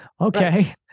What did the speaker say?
okay